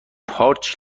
پارچ